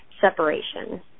separation